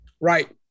right